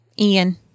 Ian